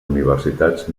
universitats